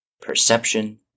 Perception